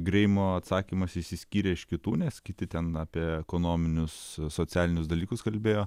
greimo atsakymas išsiskyrė iš kitų nes kiti ten apie ekonominius socialinius dalykus kalbėjo